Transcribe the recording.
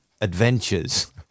adventures